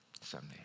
someday